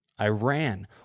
Iran